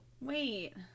Wait